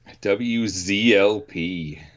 W-Z-L-P